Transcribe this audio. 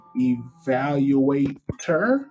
evaluator